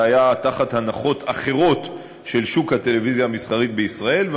זה היה תחת הנחות אחרות של שוק הטלוויזיה המסחרית בישראל,